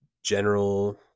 General